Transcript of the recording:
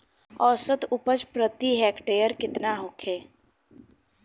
औसत उपज प्रति हेक्टेयर केतना होखे?